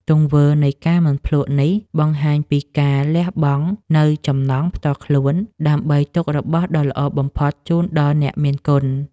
ទង្វើនៃការមិនភ្លក្សនេះបង្ហាញពីការលះបង់នូវចំណង់ផ្ទាល់ខ្លួន ដើម្បីទុករបស់ដ៏ល្អបំផុតជូនដល់អ្នកមានគុណ។